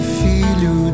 filho